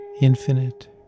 infinite